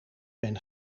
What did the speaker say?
ben